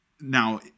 now